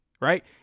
right